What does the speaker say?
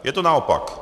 Je to naopak.